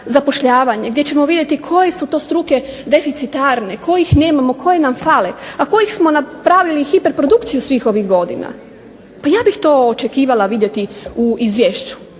zapošljavanje, gdje ćemo vidjeti koje su to struke deficitarne, koje nam fale a koje smo napravili hiperprodukciju svih ovih godina, ja bih to očekivala vidjeti u ovom Izvješću.